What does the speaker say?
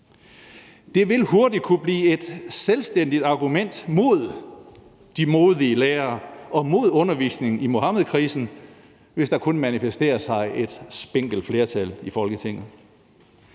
Det vil hurtigt kunne blive et selvstændigt argument imod de modige lærere og imod undervisningen i Muhammedkrisen, hvis der kun manifesterer sig et spinkelt flertal i Folketinget.